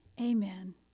Amen